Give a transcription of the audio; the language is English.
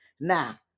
now